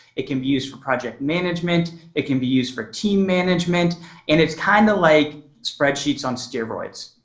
it can be used for project management. it can be used for team management and it's kinda like spreadsheets on steroids.